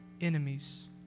enemies